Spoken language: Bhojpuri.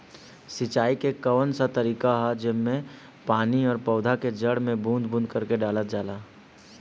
सिंचाई क कउन सा तरीका ह जेम्मे पानी और पौधा क जड़ में बूंद बूंद करके डालल जाला?